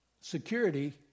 security